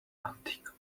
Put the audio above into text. antique